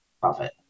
profit